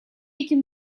этим